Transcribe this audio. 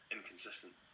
Inconsistent